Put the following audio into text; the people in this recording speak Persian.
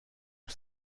اما